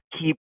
keep